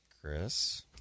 Chris